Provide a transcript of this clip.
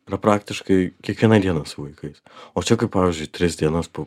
yra praktiškai kiekvieną dieną su vaikais o čia kaip pavyzdžiui tris dienas po